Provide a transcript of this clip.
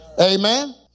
Amen